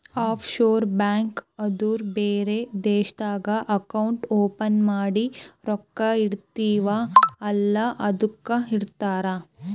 of sure bank ಅಂದುರ್ ಬೇರೆ ದೇಶ್ನಾಗ್ ಅಕೌಂಟ್ ಓಪನ್ ಮಾಡಿ ರೊಕ್ಕಾ ಇಡ್ತಿವ್ ಅಲ್ಲ ಅದ್ದುಕ್ ಅಂತಾರ್